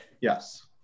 Yes